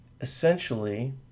essentially